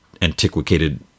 antiquated